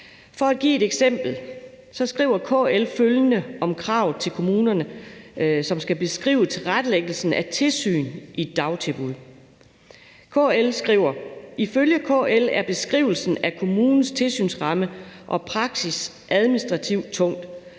kan jeg sige, at KL skriver følgende om kravet til kommunerne, som skal beskrive tilrettelæggelsen af tilsyn med dagtilbud: »Ifølge KL er beskrivelsen af kommunens tilsynsramme og -praksis administrativ tung,